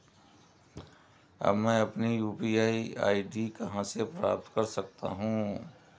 अब मैं अपनी यू.पी.आई आई.डी कहां से प्राप्त कर सकता हूं?